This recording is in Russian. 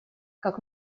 как